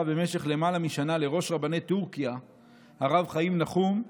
במשך למעלה משנה לראש רבני טורקיה הרב חיים נחום,